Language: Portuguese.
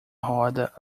roda